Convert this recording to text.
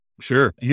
Sure